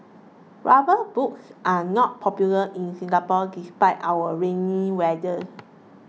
rubber boots are not popular in Singapore despite our rainy weather